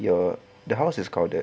your the house is crowded